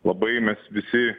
labai mes visi